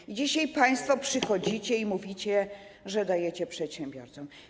I dzisiaj państwo przychodzicie i mówicie, że dajecie przedsiębiorcom.